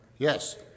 Yes